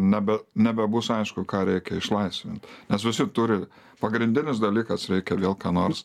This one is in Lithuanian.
nebe nebebus aišku ką reikia išlaisvint nes visi turi pagrindinis dalykas reikia vėl ką nors